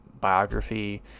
biography